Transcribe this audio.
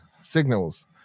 Signals